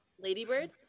Ladybird